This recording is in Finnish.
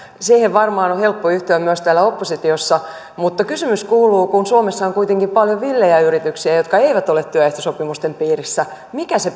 siihen varmaan on helppo yhtyä myös täällä oppositiossa mutta kysymys kuuluu kun suomessa on kuitenkin paljon villejä yrityksiä jotka eivät ole työehtosopimusten piirissä mikä se